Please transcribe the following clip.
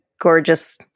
gorgeous